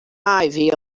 ivy